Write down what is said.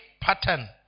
pattern